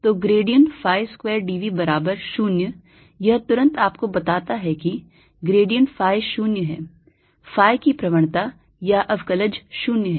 तो grad phi square d V बराबर 0 यह तुरंत आपको बताता है कि grad phi 0 है phi की प्रवणता या अवकलज 0 है